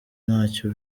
ntacyo